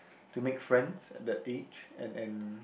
to make friends that age and and